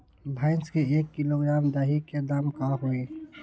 भैस के एक किलोग्राम दही के दाम का होई?